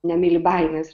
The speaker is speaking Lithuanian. nemyli baimės